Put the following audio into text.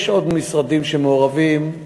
יש עוד משרדים שמעורבים.